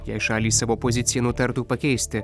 jei šalys savo poziciją nutartų pakeisti